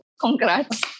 Congrats